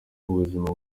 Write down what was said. ubuzima